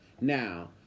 Now